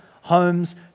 homes